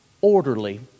Orderly